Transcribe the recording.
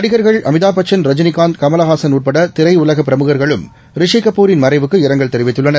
நடிகர்கள் அமிதாப்பச்சன் ரஜினிகாந்த் கமலஹாசன் உட்படதிரையுலகபிரமுகா்களும் ரிஷிகபூரின் மறைவுக்கு இரங்கல் தெரிவித்துள்ளனர்